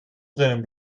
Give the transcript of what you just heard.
drinnen